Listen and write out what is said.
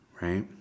right